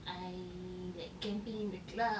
I like camping in the club